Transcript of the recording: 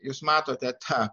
jūs matote tą